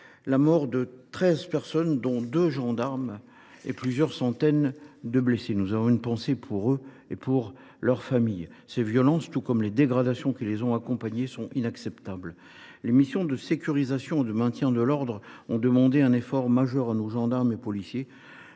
la mort de treize personnes, dont deux gendarmes, et plusieurs centaines de blessés. Nous avons une pensée pour eux et pour leur famille. Ces violences, tout comme les dégradations qui les ont accompagnées, sont inacceptables. Les missions de sécurisation et de maintien de l’ordre ont demandé un effort majeur à nos gendarmes et policiers.